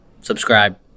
subscribe